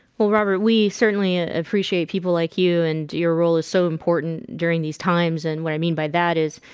well, robert we certainly appreciate people like you and your role is so important during these times and what i mean by that is